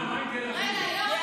אורנה, מה עם תל אביב?